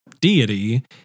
deity